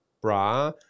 bra –